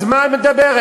אז מה את מדברת?